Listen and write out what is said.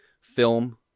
film